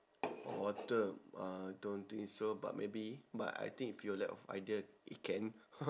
water uh don't think so but maybe but I think if you lack of idea it can